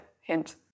hint